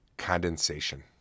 condensation